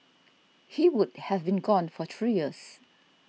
he would have been gone for three years